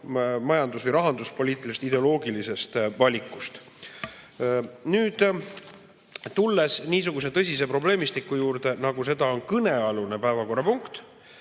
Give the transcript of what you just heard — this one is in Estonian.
majandus- või rahanduspoliitilisest ideoloogilisest valikust. Tulles nüüd niisuguse tõsise probleemistiku juurde, nagu on kõnealune päevakorrapunkt,